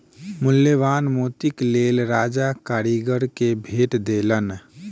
मूल्यवान मोतीक लेल राजा कारीगर के भेट देलैन